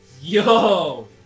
Yo